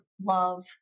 love